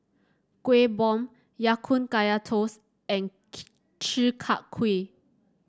Kuih Bom Ya Kun Kaya Toast and Chi Kak Kuih